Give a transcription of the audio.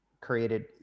created